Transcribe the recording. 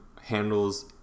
handles